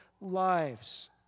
lives